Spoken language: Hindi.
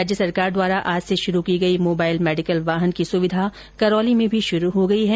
राज्य सरकार द्वारा आज से शुरू की गई मोबाइल मेडिकल वाहन की सुविधा करौली में भी शुरू हो गयी है